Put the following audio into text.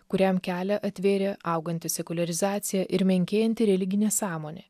kuriam kelią atvėrė auganti sekuliarizacija ir menkėjanti religinė sąmonė